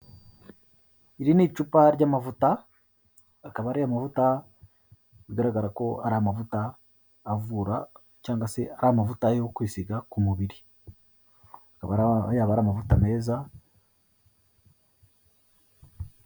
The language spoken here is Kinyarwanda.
Iri ni icupa ry'amavuta akaba ari amavuta bigaragara ko ari amavuta avura cyangwa se ari amavuta yo kwisiga ku mubiri ari amavuta meza.